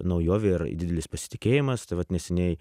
naujovė ir didelis pasitikėjimas tai vat neseniai